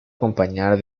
acompañar